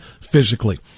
physically